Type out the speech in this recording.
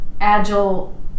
Agile